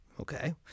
okay